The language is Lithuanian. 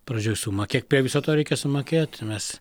pradžioj sumą kiek prie viso to reikia sumokėt mes